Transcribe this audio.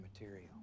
material